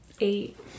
Eight